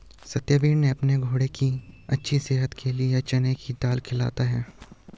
सत्यवीर ने अपने घोड़े की अच्छी सेहत के लिए चने की दाल खिलाता है